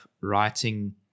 writing